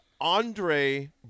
Andre